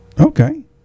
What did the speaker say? Okay